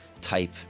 type